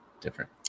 different